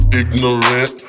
ignorant